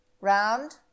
round